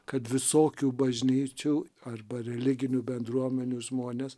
kad visokių bažnyčių arba religinių bendruomenių žmonės